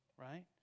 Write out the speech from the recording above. right